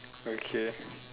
okay